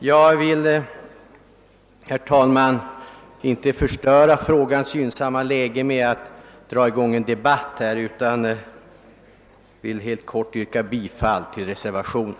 Jag vill nu inte försämra det gynnsamma läge som denna fråga befinner sig i med att dra i gång en debatt utan nöjer mig med att yrka bifall till reservationen.